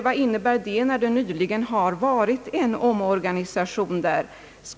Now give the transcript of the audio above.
Vad innebär det, när det nyligen har varit en omorganisation?